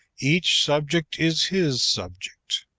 each subject is his subject.